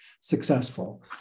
successful